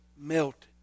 melted